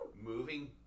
moving